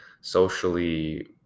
socially